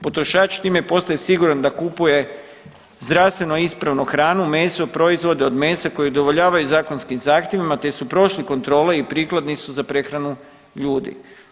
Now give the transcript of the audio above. Potrošač time postaje siguran da kupuje zdravstveno ispravnu hranu, meso, proizvode od mesa koji udovoljavaju zakonskim zahtjevima, te su prošli kontrole i prikladni su za prehranu ljudi.